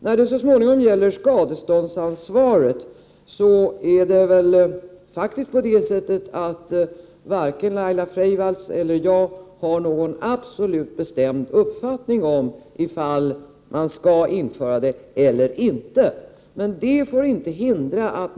När det gäller skadeståndsansvaret är det på det sättet att varken Laila Freivalds eller jag har någon absolut bestämd uppfattning om huruvida man skall införa ett sådant eller inte.